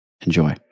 Enjoy